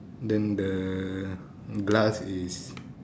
then the glass is